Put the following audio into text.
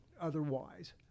otherwise